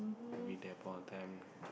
maybe there upon a time